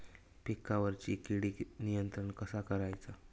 पिकावरची किडीक नियंत्रण कसा करायचा?